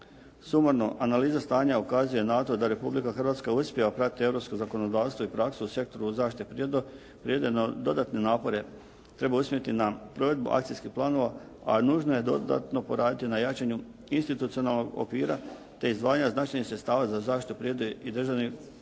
Sumarno analiza stanja ukazuje na to da Republika Hrvatska uspijeva pratiti europsko zakonodavstvo i praksu u sektoru zaštite prirode. No, dodatne napore treba usmjeriti na provedbu akcijskih planova, a nužno je dodatno poraditi na jačanju institucionalnog okvira, te izdvajanja značajnih sredstava za zaštitu prirode i državnih i